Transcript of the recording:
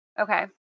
Okay